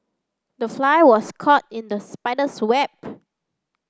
the fly was caught in the spider's